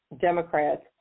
Democrats